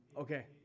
Okay